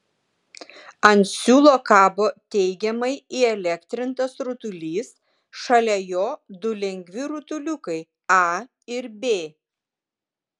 ant siūlo kabo teigiamai įelektrintas rutulys šalia jo du lengvi rutuliukai a ir b